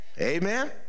Amen